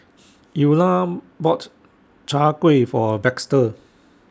Eulah bought Chai Kuih For Baxter